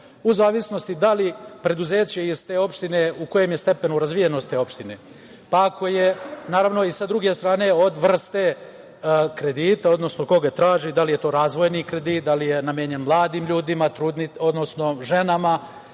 u zavisnosti da li preduzeće iz te opštine u kojem je stepenu razvijenosti opština. Naravno, s druge strane i od vrste kredita, odnosno ko ga traži, da li je to razvojni kredit, da li je namenjen mladim ljudima, trudnicama,